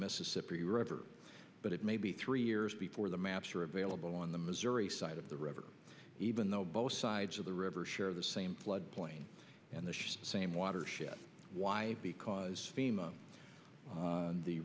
mississippi river but it may be three years before the maps are available on the missouri side of the river even though both sides of the river share the same floodplain and the same watershed why because fema